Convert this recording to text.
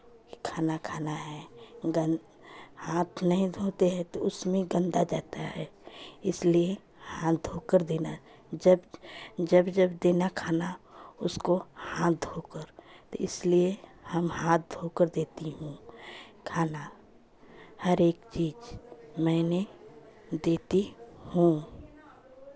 खाना खाना है गन हाथ नहीं धोते हैं तो उसमें गंदा जाता है इसलिए हाथ धोकर देना जब जब जब देना खाना उसको हाथ धोकर तो इसलिए हम हाथ धोकर देती हूँ खाना हर एक चीज़ मैंने देती हूँ